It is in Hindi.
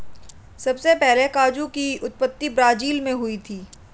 सबसे पहले काजू की उत्पत्ति ब्राज़ील मैं हुई थी